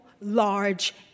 large